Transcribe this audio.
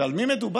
ועל מי מדובר?